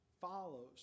follows